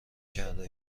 کرده